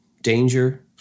danger